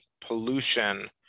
pollution